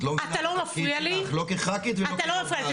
את לא מבינה את התפקיד שלך לא כחברת כנסת ולא כיושבת ראש ועדה.